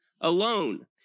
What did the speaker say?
alone